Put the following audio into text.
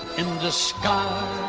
in the sky.